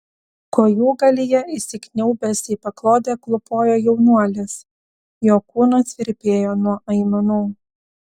kojūgalyje įsikniaubęs į paklodę klūpojo jaunuolis jo kūnas virpėjo nuo aimanų